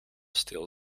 stil